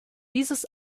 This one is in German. dieses